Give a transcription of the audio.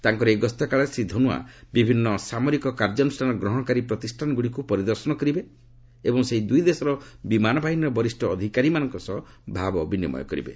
ତାଙ୍କର ଏହି ଗସ୍ତକାଳରେ ଶ୍ରୀ ଧନୁଆ ବିଭିନ୍ନ ସାମରିକ କାର୍ଯ୍ୟାନୁଷ୍ଠାନ ଗ୍ରହଣକାରୀ ପ୍ରତିଷ୍ଠାନଗୁଡ଼ିକୁ ପରିଦର୍ଶନ କରିବେ ଏବଂ ସେହି ଦୁଇ ଦେଶର ବିମାନ ବାହିନୀର ବରିଷ୍ଣ ଅଧିକାରୀମାନଙ୍କ ସହ ଭାବ ବିନିମୟ କରିବେ